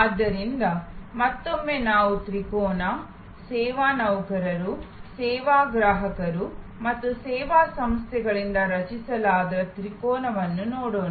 ಆದ್ದರಿಂದ ಮತ್ತೊಮ್ಮೆ ನಾವು ತ್ರಿಕೋನ ಸೇವಾ ನೌಕರರು ಸೇವಾ ಗ್ರಾಹಕರು ಮತ್ತು ಸೇವಾ ಸಂಸ್ಥೆಗಳಿಂದ ರಚಿಸಲಾದ ತ್ರಿಕೋನವನ್ನು ನೋಡೋಣ